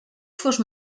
fos